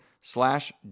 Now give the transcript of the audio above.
slash